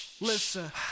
listen